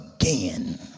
again